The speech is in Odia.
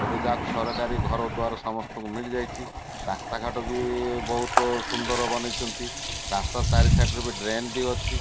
ଏବେ ଯାହାକି ସରକାରୀ ଘରଦ୍ୱାର ସମସ୍ତଙ୍କୁ ମିଳିଯାଇଛି ରାସ୍ତାଘାଟ ବି ବହୁତ ସୁନ୍ଦର ବନେଇଛନ୍ତି ରାସ୍ତା ଚାରି ସାଇଡ଼୍ର ବି ଡ୍ରେନ୍ ବି ଅଛି